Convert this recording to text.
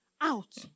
Out